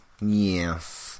Yes